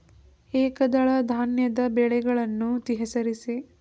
ಏಕದಳ ಧಾನ್ಯದ ಬೆಳೆಗಳನ್ನು ಹೆಸರಿಸಿ?